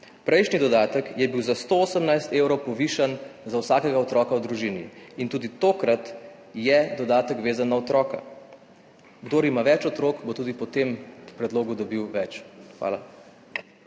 Prejšnji dodatek je bil za 118 evrov povišan za vsakega otroka v družini in tudi tokrat je dodatek vezan na otroka. Kdor ima več otrok, bo tudi po tem predlogu dobil več. Hvala.